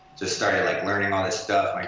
just started like learning all this stuff. like